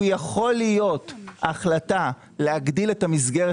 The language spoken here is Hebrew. הוא יכול להיות החלטה של הגדלת המסגרת